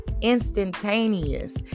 instantaneous